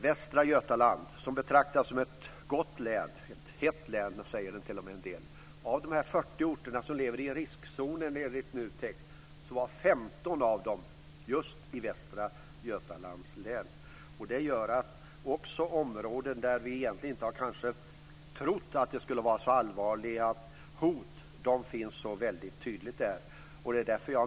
Västra Götaland betraktas som ett gott län, t.o.m. "hett" län. Av de 40 orter som lever i riskzonen enligt NUTEK finns 15 av dem just i Västra Götalands län. Också områden där vi inte har trott att det finns så allvarliga hot finns nu dessa hot tydligt där. Herr talman!